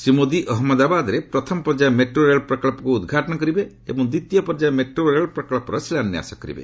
ଶ୍ରୀ ମୋଦି ଅହମ୍ମଦାବାଦରେ ପ୍ରଥମ ପର୍ଯ୍ୟାୟ ମେଟ୍ରୋ ରେଳ ପ୍ରକଚ୍ଚରକୁ ଉଦ୍ଘାଟନ କରିବେ ଏବଂ ଦ୍ୱିତୀୟ ପର୍ଯ୍ୟାୟ ମେଟ୍ରୋ ରେଳ ପ୍ରକଳ୍ପର ଶିଳାନ୍ୟାସ କରିବେ